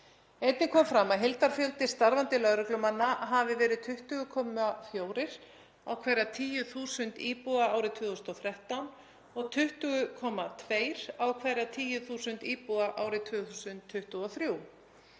Einnig kom fram að heildarfjöldi starfandi lögreglumanna hafi verið 20,4 á hverja 10.000 íbúa árið 2013 og 20,2 á hverja 10.000 íbúa árið 2023.